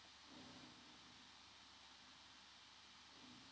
mm